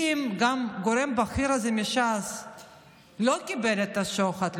אם גם הגורם הבכיר הזה מש"ס לא קיבל את השוחד,